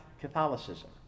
catholicism